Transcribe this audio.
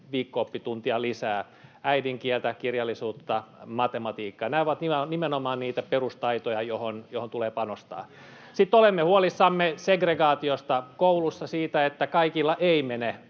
viikko-oppituntia lisää äidinkieltä, kirjallisuutta ja matematiikkaa. Nämä ovat nimenomaan niitä perustaitoja, joihin tulee panostaa. [Timo Heinonen: Hienoa!] Sitten olemme huolissamme segregaatiosta kouluissa, siitä, että kaikilla ei mene